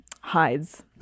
hides